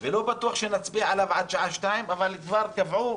ולא בטוח שנצביע עליו עד שעה 14:00, אבל כבר קבעו